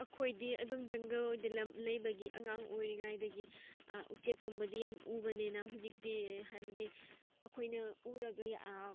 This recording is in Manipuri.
ꯑꯩꯈꯣꯏꯗꯤ ꯑꯗꯨꯝ ꯖꯪꯒꯜ ꯑꯣꯏꯗ ꯂꯝ ꯂꯩꯕꯒꯤ ꯑꯉꯥꯡ ꯑꯣꯏꯔꯤꯉꯩꯗꯒꯤ ꯎꯆꯦꯛꯀꯨꯝꯕꯗꯤ ꯌꯥꯝ ꯎꯕꯅꯦꯅ ꯍꯧꯖꯤꯛꯇꯤ ꯍꯥꯏꯕꯗꯤ ꯑꯩꯈꯣꯏꯅ ꯎꯔꯒ